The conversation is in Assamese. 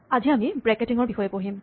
আমি আজি ব্ৰেকেটিঙৰ বিষয়ে পঢ়িম